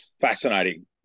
fascinating